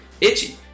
itchy